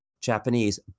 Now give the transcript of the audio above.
Japanese